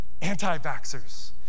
anti-vaxxers